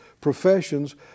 professions